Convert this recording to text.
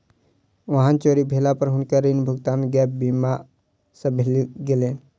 वाहन चोरी भेला पर हुनकर ऋण भुगतान गैप बीमा सॅ भ गेलैन